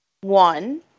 one